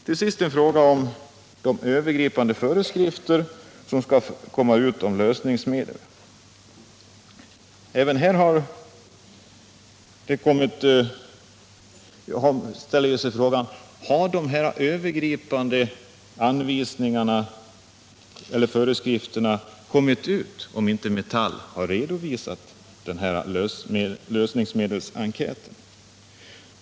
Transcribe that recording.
Till sist en fråga om de övergripande föreskrifter om lösningsmedel som skall komma ut. Skulle dessa övergripande föreskrifter ha kommit ut om inte Metall hade redovisat sin lösningsmedelsenkät?